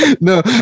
No